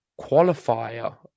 Qualifier